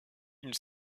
une